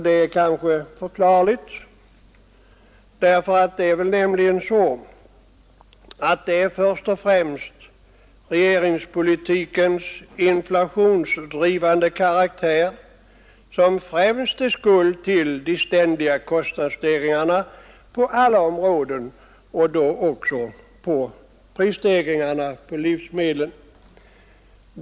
Det är kanske förklarligt eftersom det väl är så att det är regeringspolitikens inflationsdrivande karaktär som främst är skuld till de ständiga kostnadsstegringarna på alla områden och då också då det gäller prisstegringarna på livsmedel.